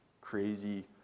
crazy